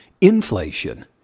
inflation